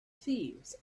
thieves